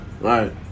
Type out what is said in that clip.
Right